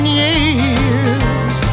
years